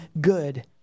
good